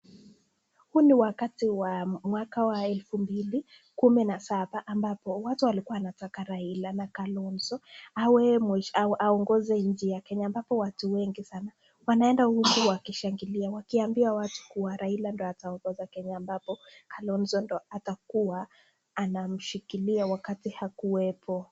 Huni wakati wa mwaka wa 2017 ambapo watu walikuwa wanataka Raila na Kalonzo awe aongoze nchi ya Kenya ambapo watu wengi sana wanaenda Uhuru wakishangilia wakiambiwa watu kuwa Raila ndio ataongoza Kenya ambapo Kalonzo ndio atakuwa anamshikilia wakati hakuwepo.